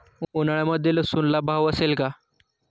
उन्हाळ्यामध्ये लसूणला भाव असेल का?